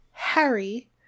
harry